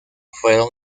fueron